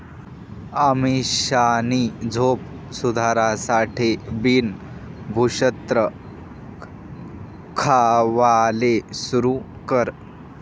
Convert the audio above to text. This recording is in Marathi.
अमीषानी झोप सुधारासाठे बिन भुक्षत्र खावाले सुरू कर